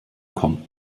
kommt